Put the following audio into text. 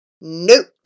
Nope